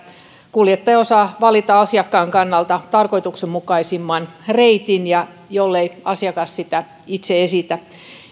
kuljettaja osaa valita asiakkaan kannalta tarkoituksenmukaisimman reitin jollei asiakas sitä itse esitä